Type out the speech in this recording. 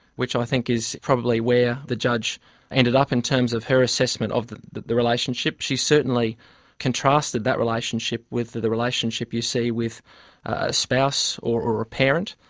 which i think is probably where the judge ended up in terms of her assessment of the the relationship. she certainly contrasted that relationship with the the relationship you see with a spouse or or a parent,